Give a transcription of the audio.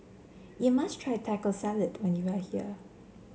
you must try Taco Salad when you are here